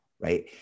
right